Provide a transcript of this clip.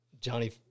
Johnny